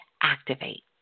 activate